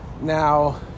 Now